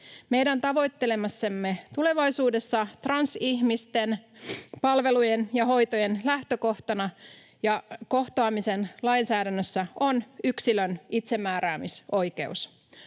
Meidän tavoittelemassamme tulevaisuudessa transihmisten palvelujen ja hoitojen lähtökohtana ja kohtaamisen lainsäädännössä on yksilön itsemääräämisoikeus.